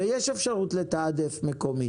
יש אפשרות לתעדף מקומית